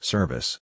Service